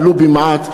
ולו במעט,